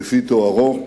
יפי תוארו,